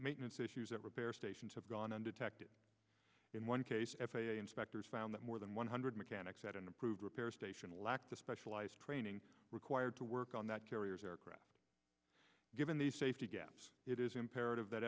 maintenance issues that repair stations have gone undetected in one case f a a inspectors found that more than one hundred mechanics at an approved repair station lacked the specialized training required to work on that carrier's aircraft given the safety gaps it is imperative that